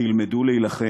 תלמדו להילחם.